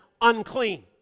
unclean